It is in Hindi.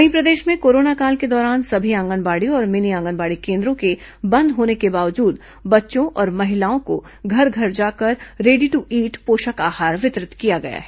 वहीं प्रदेश में कोरोना काल के दौरान सभी आंगनबाड़ी और मिनी आंगनबाड़ी केन्द्रों के बंद होने के बावजूद बच्चों और महिलाओं को घर घर जाकर रेडी टू ईट पोषक आहार वितरित किया गया है